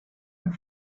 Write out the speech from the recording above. een